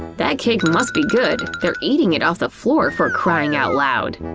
that cake must be good they're eating it off the floor for crying out loud!